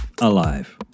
alive